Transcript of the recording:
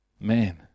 Man